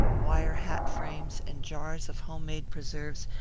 wire hat-frames, and jars of home-made preserves,